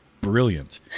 brilliant